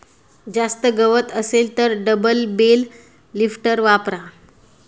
जास्त गवत असेल तर डबल बेल लिफ्टर वापरा